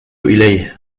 إليه